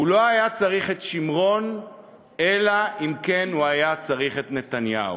הוא לא היה צריך את שמרון אלא אם כן הוא היה צריך את נתניהו.